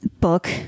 book